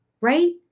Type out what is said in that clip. right